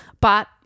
But-